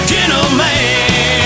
Gentleman